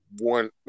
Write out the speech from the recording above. one